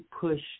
push